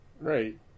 right